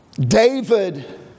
David